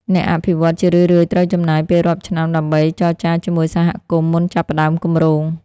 អ្នកអភិវឌ្ឍន៍ជារឿយៗត្រូវចំណាយពេលរាប់ឆ្នាំដើម្បីចរចាជាមួយសហគមន៍ មុនចាប់ផ្ដើមគម្រោង។